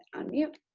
unmute.